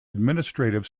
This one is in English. administrative